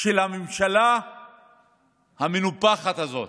של הממשלה המנופחת הזאת.